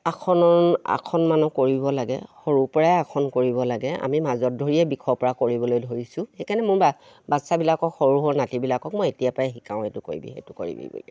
আসন আসনমান কৰিব লাগে সৰুৰ পৰাই আসন কৰিব লাগে আমি মাজত ধৰিয়ে বিষৰ পৰা কৰিবলৈ ধৰিছোঁ সেইকাৰণে মোৰ বাচ্ছাবিলাকক সৰু সৰু নাতিবিলাকক মই এতিয়াৰ পৰাই শিকাওঁ সেইটো কৰিবি সেইটো কৰিবি বুলি